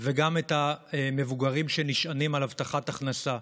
ואת המבוגרים שנשענים על הבטחת הכנסה,